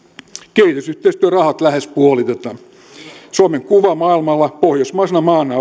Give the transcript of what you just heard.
kehitysyhteistyörahat lähes puolitetaan suomen kuva maailmalla pohjoismaisena maana